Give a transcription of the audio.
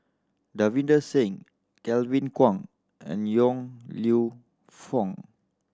Davinder Singh Kevin Kwan and Yong Lew Foong